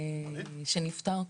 שנפטר.